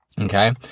Okay